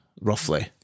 roughly